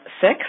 six